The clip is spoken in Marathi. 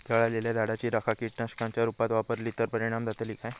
जळालेल्या झाडाची रखा कीटकनाशकांच्या रुपात वापरली तर परिणाम जातली काय?